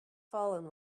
fallen